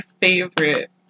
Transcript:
favorite